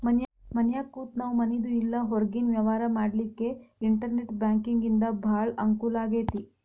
ಮನ್ಯಾಗ್ ಕೂತ ನಾವು ಮನಿದು ಇಲ್ಲಾ ಹೊರ್ಗಿನ್ ವ್ಯವ್ಹಾರಾ ಮಾಡ್ಲಿಕ್ಕೆ ಇನ್ಟೆರ್ನೆಟ್ ಬ್ಯಾಂಕಿಂಗಿಂದಾ ಭಾಳ್ ಅಂಕೂಲಾಗೇತಿ